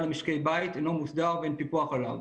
למשקי בית אינו מוסדר ואין פיקוח עליו.